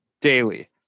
daily